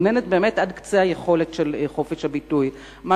ומגוננת על חופש הביטוי עד קצה גבול היכולת.